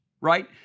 right